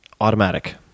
Automatic